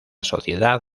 sociedad